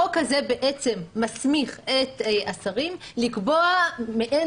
החוק בעצם מסמיך את השרים לקבוע מעין